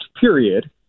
period